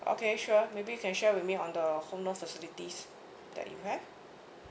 okay sure maybe you can share with me on the home loan facilities that you have